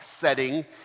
setting